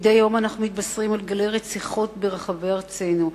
מדי יום אנחנו מתבשרים על גלי רציחות ברחבי ארצנו,